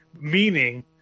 meaning